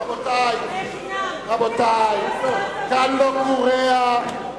רבותי, כאן לא קוריאה.